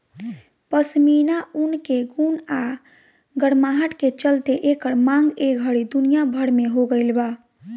पश्मीना ऊन के गुण आ गरमाहट के चलते एकर मांग ए घड़ी दुनिया भर में हो गइल बा